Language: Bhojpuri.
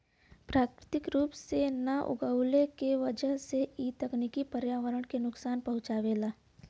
प्राकृतिक रूप से ना उगवले के वजह से इ तकनीकी पर्यावरण के नुकसान पहुँचावेला